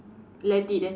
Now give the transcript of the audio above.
let it eh